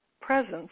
presence